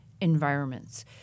environments